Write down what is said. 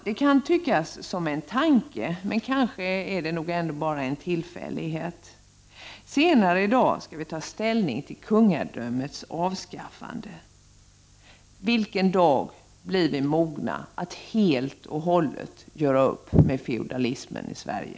Det kan tyckas som en tanke, men kanske är det bara en tillfällighet: senare i dag skall vi ta ställning till kungadömets avskaffande. Vilken dag blir vi mogna att helt och hållet göra upp med feodalismen i Sverige?